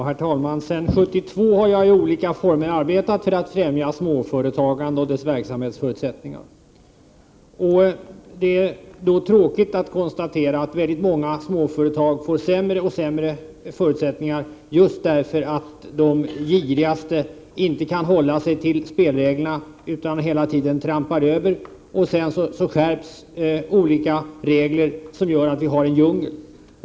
Herr talman! Sedan 1972 har jag i olika former arbetat för att främja småföretagande och dess verksamhetsförutsättningar. Det är tråkigt att konstatera att många småföretag får allt sämre förutsättningar, just därför att de girigaste inte kan hålla sig till spelreglerna utan hela tiden trampar över. Sedan skärps olika regler, vilket gör att vi har en djungel.